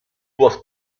was